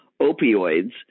opioids